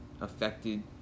affected